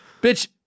Bitch